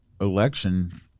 election